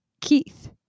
Keith